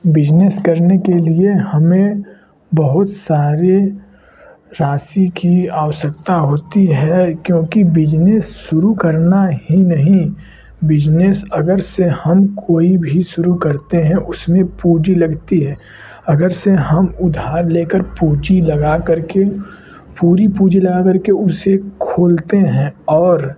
business करने के लिए हमें बहुत सारे राशि की आवश्यकता होती है क्योंकि बिजनेस शुरू करना ही नहीं बिजनेस अगर से हम कोई भी शुरू करते है उसमें पूंजी लगती है अगर से हम उदार ले कर पूंजी लगा करके पूरी पूंजी लगा करके उसे खोलते है और